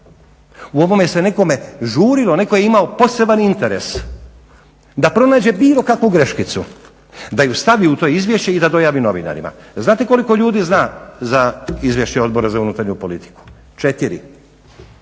U ovome se nekome žurilo, netko je imao poseban interes da pronađe bilo kakvu greškicu, da ju stavi u to izvješće i da to javi novinarima. Znate koliko ljudi zna za Izvješće Odbora za unutarnju politiku? Četiri.